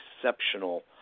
exceptional